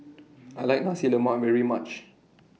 I like Nasi Lemak very much